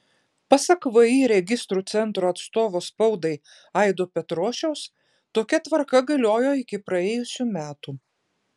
pasak vį registrų centro atstovo spaudai aido petrošiaus tokia tvarka galiojo iki praėjusių metų